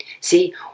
See